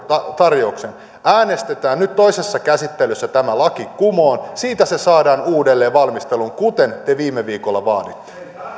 tarjouksen äänestetään nyt toisessa käsittelyssä tämä laki kumoon siitä se saadaan uudelleen valmisteluun kuten te viime viikolla vaaditte